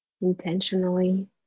intentionally